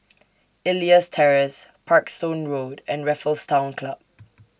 Elias Terrace Parkstone Road and Raffles Town Club